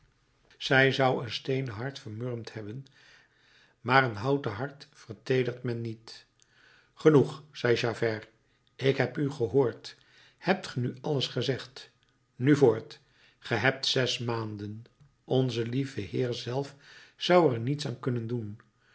zij zou een steenen hart vermurwd hebben maar een houten hart verteedert men niet genoeg zei javert ik heb u gehoord hebt ge nu alles gezegd nu voort ge hebt zes maanden onze lieve heer zelf zou er niets aan kunnen doen